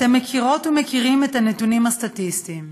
אתם מכירות ומכירים את הנתונים הסטטיסטיים: